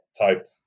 type